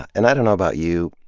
and i don't know about you.